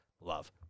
love